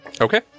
Okay